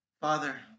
Father